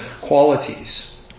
qualities